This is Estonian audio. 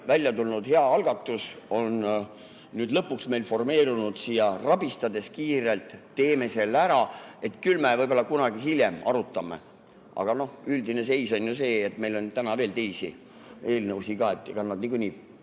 välja tulnud hea algatus on nüüd lõpuks meil siia formeerunud rabistades, kiirelt teeme selle ära, et küll me võib-olla kunagi hiljem arutame. Aga noh, üldine seis on ju see, et meil on täna veel teisi eelnõusid ka, ega nad niikuinii